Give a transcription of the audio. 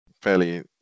fairly